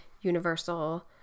Universal